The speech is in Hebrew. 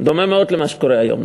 דומה מאוד למה שקורה היום,